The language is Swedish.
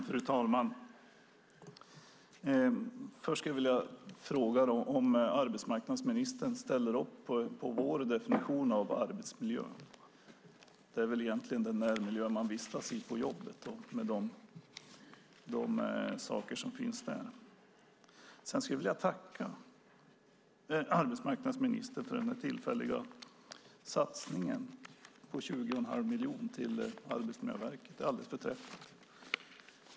Fru talman! Först skulle jag vilja fråga om arbetsmarknadsministern ställer upp på vår definition av arbetsmiljö. Det är väl egentligen den miljö som man vistas i på jobbet och med de saker som finns där. Sedan skulle jag vilja tacka arbetsmarknadsministern för den tillfälliga satsningen på 20 1⁄2 miljon till Arbetsmiljöverket. Den är alldeles förträfflig.